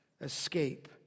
Escape